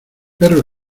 perro